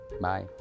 bye